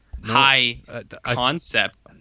high-concept